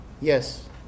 yes